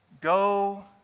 go